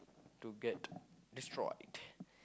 to get destroyed